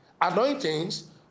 anointings